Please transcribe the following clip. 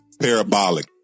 Parabolic